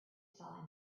saw